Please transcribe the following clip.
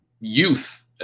youth